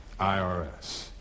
IRS